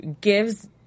gives